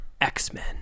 X-Men